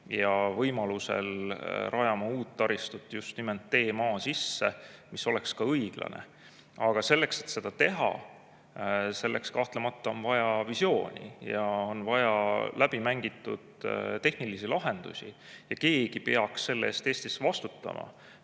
ja võimaluse korral rajama uut taristut just nimelt teema sisse, mis oleks ka õiglane. Aga selleks, et seda teha, on kahtlemata vaja visiooni ja on vaja läbimängitud tehnilisi lahendusi. Keegi peaks selle eest Eestis vastutama.